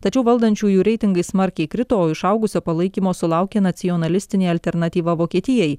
tačiau valdančiųjų reitingai smarkiai krito išaugusio palaikymo sulaukė nacionalistinė alternatyva vokietijai